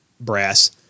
brass